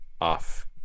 off